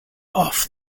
off